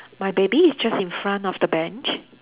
my baby is just in front of the bench